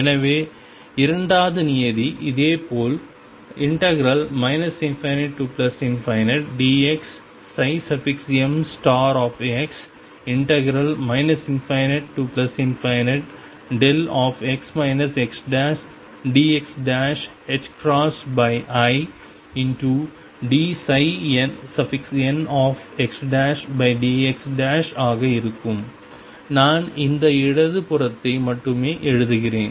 எனவே இரண்டாவது நியதி இதேபோல் ∞dxmx ∞x xdxidnxdx ஆக இருக்கும் நான் இந்த இடது புறத்தை மட்டுமே எழுதுகிறேன்